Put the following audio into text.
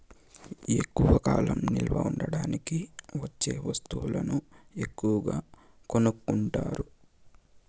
ఎక్కువ కాలం నిల్వ ఉంచడానికి వచ్చే వస్తువులను ఎక్కువగా కొనుక్కుంటారు